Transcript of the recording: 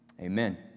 amen